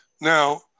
Now